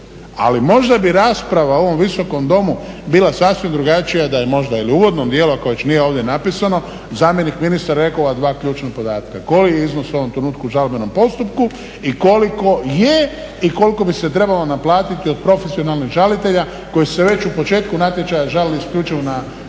Ali možda bi rasprava u ovom Visokom domu bila sasvim drugačija da je možda ili u uvodnom dijelu, ako već nije ovdje napisano zamjenik ministra rekao ova dva ključna podatka koji je iznos u ovom trenutku u žalbenom postupku i koliko je i koliko bi se trebalo naplatiti od profesionalnih žalitelja koji su se već u početku natječaja žalili isključivo na